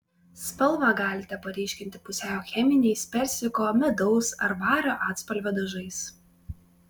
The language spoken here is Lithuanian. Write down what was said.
spalvą galite paryškinti pusiau cheminiais persiko medaus ar vario atspalvio dažais